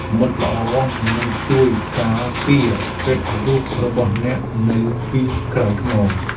មិត្តល្អនឹងជួយការពារកិត្តិយសរបស់អ្នកនៅពីក្រោយខ្នង។